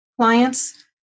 clients